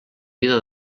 vida